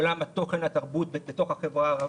לעולם התוכן, התרבות בתוך החברה הערבית.